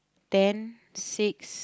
ten six